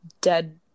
dead